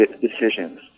Decisions